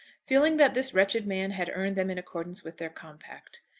feeling that this wretched man had earned them in accordance with their compact.